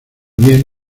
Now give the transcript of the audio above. viene